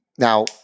Now